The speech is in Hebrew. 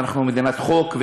ואנחנו מדינת חוק,